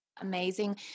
amazing